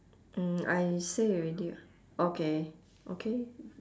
mm I say already [what] okay okay